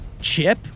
Chip